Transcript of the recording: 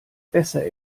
besser